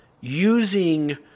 using